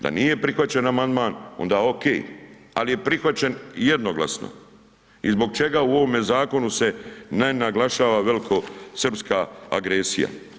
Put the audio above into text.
Da nije prihvaćen amandman, onda okej, ali je prihvaćen jednoglasno i zbog čega u ovome zakonu se ne naglašava velikosrpska agresija?